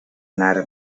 anara